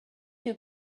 too